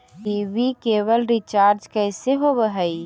TV cable recharge कैसे होब हइ?